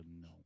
No